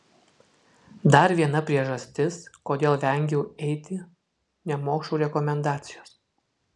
dar viena priežastis kodėl vengiau eiti nemokšų rekomendacijos